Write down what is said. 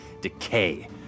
decay